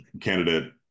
candidate